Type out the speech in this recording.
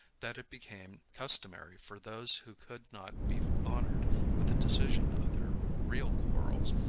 that it became customary for those who could not be honored with the decision of their real quarrels,